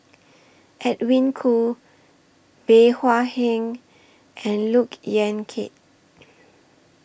Edwin Koo Bey Hua Heng and Look Yan Kit